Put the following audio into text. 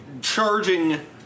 charging